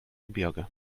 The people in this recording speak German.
gebirge